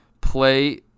play